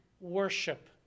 worship